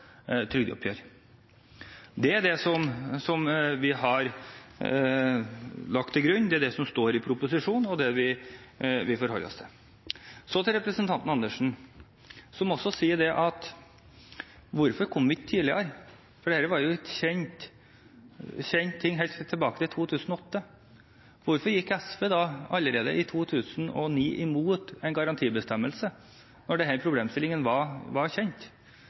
trygdeoppgjør. Det er det vi har lagt til grunn, det er det som står i proposisjonen, og det er det vi forholder oss til. Så til representanten Andersen, som spør om hvorfor vi ikke kom tidligere, da dette var kjent helt tilbake til 2008. Hvorfor gikk SV allerede i 2009 imot en garantibestemmelse, når denne problemstillingen var kjent?